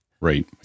right